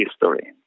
history